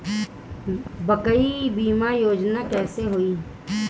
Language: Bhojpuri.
बाईक बीमा योजना कैसे होई?